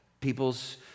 people's